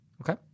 Okay